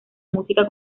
música